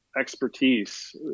expertise